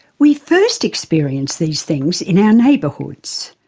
we first experience these things in our neighbourhoods.